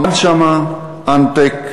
עמד שם אנטק,